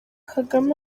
kagame